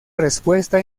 respuesta